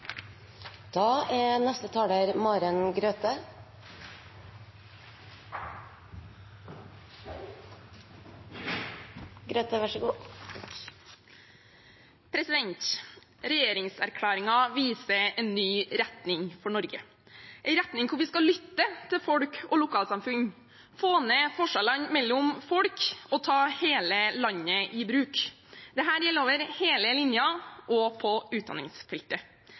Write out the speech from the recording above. viser en ny retning for Norge, en retning hvor vi skal lytte til folk og lokalsamfunn, få ned forskjellene mellom folk og ta hele landet i bruk. Dette gjelder over hele linja, også på utdanningsfeltet.